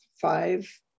five